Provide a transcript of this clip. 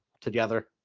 together